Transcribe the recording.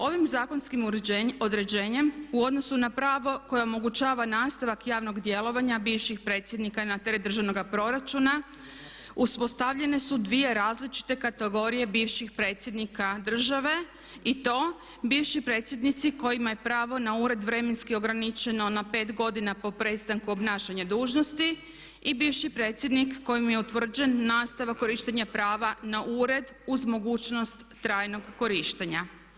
Ovim zakonskim određenjem u odnosu na pravo koje omogućava nastavak javnog djelovanja bivših predsjednika na teret državnoga proračuna uspostavljene su dvije različite kategorije bivših predsjednika države i to bivši predsjednici kojima je pravo na ured vremenski ograničeno na pet godina po prestanku obnašanja dužnosti i bivši predsjednik kojem je utvrđen nastavak korištenja prava na ured uz mogućnost trajnog korištenja.